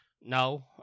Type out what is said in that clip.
no